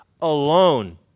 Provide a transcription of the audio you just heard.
alone